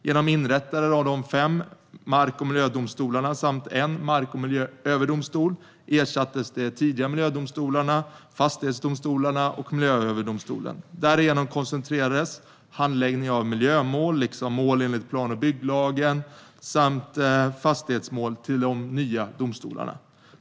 Genom inrättande av de fem mark och miljödomstolarna samt en mark och miljööverdomstol ersattes de tidigare miljödomstolarna, fastighetsdomstolarna och Miljööverdomstolen. Därigenom koncentrerades handläggningen av miljömål liksom mål enligt plan och bygglagen samt fastighetsmål till de nya domstolarna.